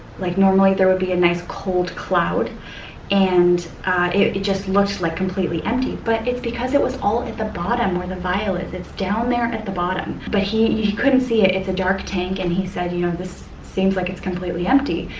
like normally there would be a nice, cold cloud and it it just looked like completely empty, but it's because it was all at the bottom where the vial is. it's down there at the bottom, but he couldn't see it. it's a dark tank and he said, you know, this seems like it's completely empty,